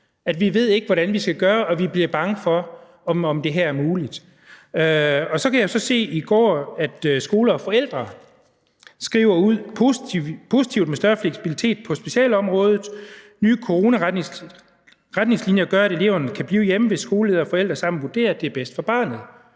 De ved ikke, hvordan de skal gøre, og de bliver bange for, om det her er muligt. Så kan jeg se, at Skole og Forældre i går skrev ud under overskriften »Positivt med større fleksibilitet på specialområdet«: »Nye corona-retningslinjer gør, at elever kan blive hjemme, hvis skoleleder og forældre sammen vurderer, at det er det bedste for barnet.«